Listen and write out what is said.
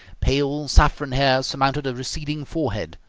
pale saffron hair surmounted a receding forehead.